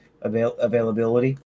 availability